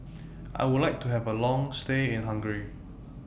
I Would like to Have A Long stay in Hungary